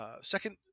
second